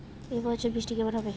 এবছর বৃষ্টি কেমন হবে?